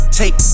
take